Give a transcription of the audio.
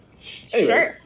Sure